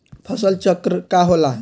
फसल चक्र का होला?